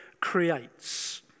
creates